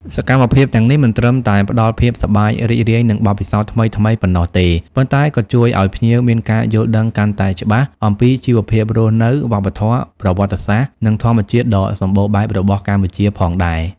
សកម្មភាពទាំងនេះមិនត្រឹមតែផ្តល់ភាពសប្បាយរីករាយ និងបទពិសោធន៍ថ្មីៗប៉ុណ្ណោះទេ ប៉ុន្តែក៏ជួយឲ្យភ្ញៀវមានការយល់ដឹងកាន់តែច្បាស់អំពីជីវភាពរស់នៅ វប្បធម៌ ប្រវត្តិសាស្ត្រ និងធម្មជាតិដ៏សម្បូរបែបរបស់កម្ពុជាផងដែរ។